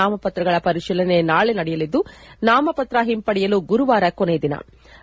ನಾಮಪತ್ರಗಳ ಪರಿಶೀಲನೆ ನಾಳೆ ನಡೆಯಲಿದ್ದು ನಾಮಪತ್ರ ಹಿಂಪಡೆಯಲು ಗುರುವಾರ ಕೊನೆಯ ದಿನವಾಗಿದೆ